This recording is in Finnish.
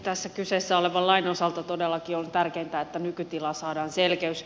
tässä kyseessä olevan lain osalta todellakin on tärkeintä että nykytilaan saadaan selkeys